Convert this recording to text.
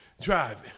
driving